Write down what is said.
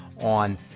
on